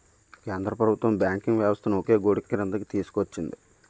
కేంద్ర ప్రభుత్వం బ్యాంకింగ్ వ్యవస్థను ఒకే గొడుగుక్రిందికి తీసుకొచ్చింది